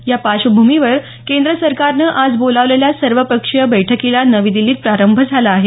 या पार्श्वभूमीवर केंद्र सरकारनं आज बोलावलेल्या सर्वपक्षीय बैठकीला नवी दिल्लीत प्रारंभ झाला आहे